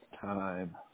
time